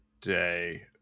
day